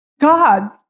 God